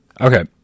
Okay